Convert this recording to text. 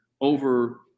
over